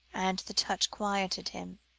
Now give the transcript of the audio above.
and the touch quieted him.